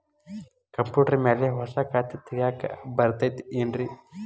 Computer ಮ್ಯಾಲೆ ಹೊಸಾ ಖಾತೆ ತಗ್ಯಾಕ್ ಬರತೈತಿ ಏನ್ರಿ?